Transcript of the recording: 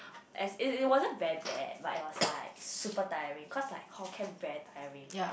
as it it wasn't very bad but it was like super tiring cause like hall camp very tiring